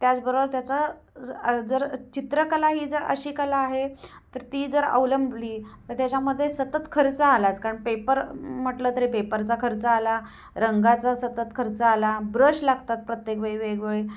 त्याचबरोबर त्याचा जर चित्रकला ही जर अशी कला आहे तर ती जर अवलंबली तर त्याच्यामध्ये सतत खर्च आलाच कारण पेपर म्हटलं तरी पेपरचा खर्च आला रंगाचा सतत खर्च आला ब्रश लागतात प्रत्येक वेगवेगळे